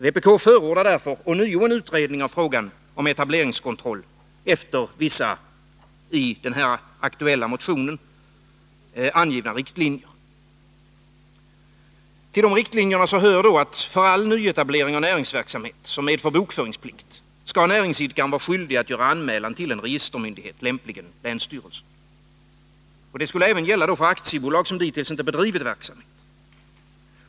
Vpk förordar därför ånyo en utredning av frågan om etableringskontroll efter vissa i den aktuella motionen angivna riktlinjer. Till dessa riktlinjer hör att för all nyetablering av näringsverksamhet som medför bokföringsplikt skall näringsidkaren vara skyldig att göra anmälan till en registermyndighet, lämpligen länsstyrelse. Det skulle även gälla för aktiebolag som hittills inte bedrivit verksamhet.